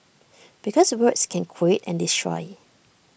because words can create and destroy